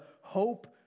hope